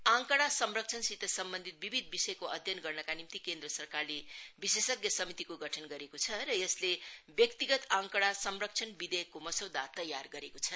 आँकडा संरक्षणसित सम्बन्धित विविध विषयको अध्ययन गर्नका निम्ति केन्द्र सरकारले विशेषज्ञ समितिको गठन गरेको छ र यसले व्यक्तिगत आँकडा संरक्षण विधेयकको मसौदा तयार गरेको छ